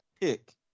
pick